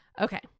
Okay